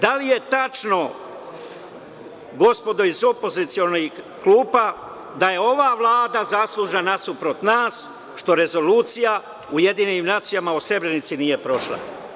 Da li je tačno, gospodo iz opozicionih klupa, da je ova Vlada zaslužna nasuprot nas, što rezolucija UN o Srebrenici nije prošla?